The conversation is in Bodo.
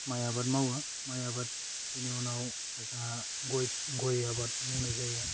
माइ आबाद मावो माइ आबाद बेनि उनाव जोंहा गय गय आबाद मावनाय जायो